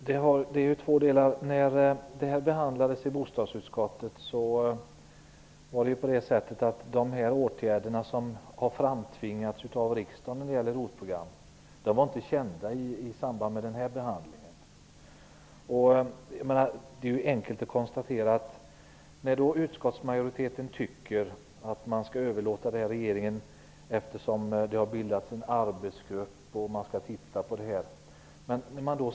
Herr talman! När detta ärende behandlades i bostadsutskottet var de åtgärder som har framtvingats av riksdagen när det gäller ROT Det är enkelt att konstatera att utskottsmajoriteten tycker att detta arbete skall överlåtas till regeringen, eftersom det har bildats en arbetsgrupp.